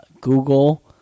Google